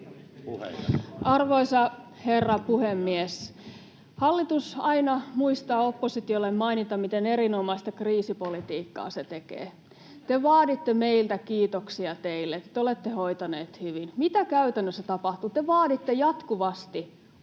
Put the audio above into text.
Arvoisa herra puhemies! Hallitus aina muistaa oppositiolle mainita, miten erinomaista kriisipolitiikkaa se tekee. Te vaaditte meiltä kiitoksia teille, että te olette hoitaneet hyvin. Mitä käytännössä tapahtuu? Te vaaditte jatkuvasti oppositiolta